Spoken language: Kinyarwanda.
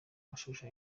mashusho